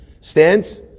stands